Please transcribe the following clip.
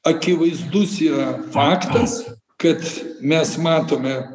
akivaizdus yra faktas kad mes matome